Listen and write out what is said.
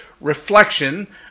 reflection